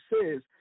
says